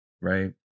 right